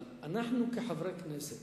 אבל אנחנו כחברי כנסת